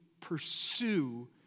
pursue